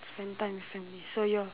spend time with family so you're